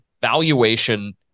valuation